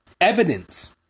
Evidence